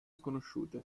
sconosciute